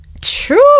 true